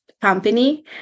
company